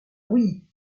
oui